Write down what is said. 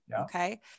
okay